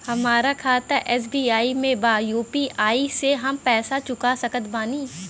हमारा खाता एस.बी.आई में बा यू.पी.आई से हम पैसा चुका सकत बानी?